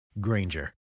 Granger